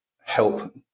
help